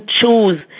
choose